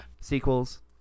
sequels